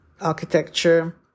architecture